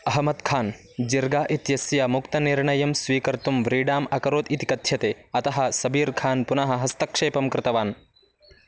अहमद् खान् जिर्गा इत्यस्य मुक्तनिर्णयं स्वीकर्तुं व्रीडाम् अकरोत् इति कथ्यते अतः सबीर् खान् पुनः हस्तक्षेपं कृतवान्